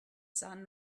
sun